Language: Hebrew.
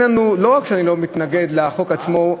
לא רק שאני לא מתנגד לחוק עצמו,